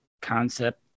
concept